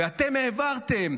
ואתם העברתם.